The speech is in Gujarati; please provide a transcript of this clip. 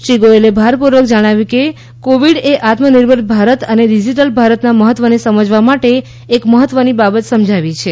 શ્રી ગોયલે ભારપૂર્વક જણાવ્યું કે કોવિડ એ આત્મનિર્ભર ભારત અને ડિજિટલ ભારતના મહત્વને સમજવા માટે એક મહત્વની બાબત સમજાવી છે